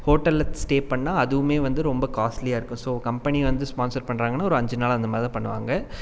ஹோட்டல்ல ஸ்டே பண்ணா அதுவுமே வந்து ரொம்ப காஸ்ட்லியாருக்கும் ஸோ கம்பெனி வந்து ஸ்பான்சர் பண்றாங்கனா ஒரு அஞ்சி நாள் அந்தமாரிதான் பண்ணுவாங்க